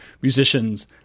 musicians